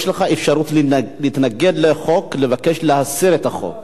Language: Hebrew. יש לך אפשרות להתנגד לחוק, לבקש להסיר את החוק.